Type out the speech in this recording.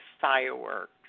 fireworks